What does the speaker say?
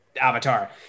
Avatar